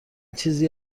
چیزی